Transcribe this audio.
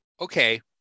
okay